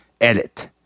edit